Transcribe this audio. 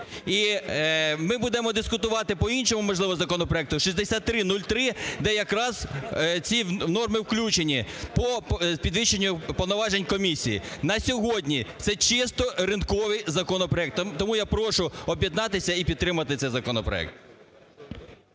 І ми будемо дискутувати по іншому, можливо, законопроекту 6303, де якраз ці норми включені, по підвищенню повноважень комісії. На сьогодні це чисто ринковий законопроект. Тому я прошу об'єднатися і підтримати цей законопроект.